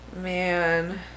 man